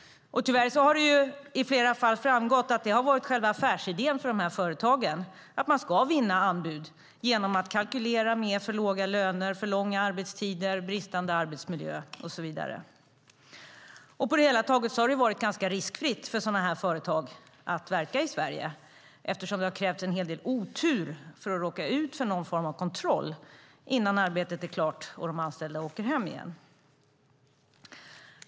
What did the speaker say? Tyvärr har det i flera fall framgått att det har varit själva affärsidén för de här företagen att vinna anbud genom att kalkylera med för låga löner, för långa arbetstider, bristande arbetsmiljö och så vidare. På det hela taget har det varit ganska riskfritt för sådana företag att verka i Sverige, eftersom det har krävts en hel del otur för att råka ut för någon form av kontroll innan arbetet är klart och de anställda åker hem igen.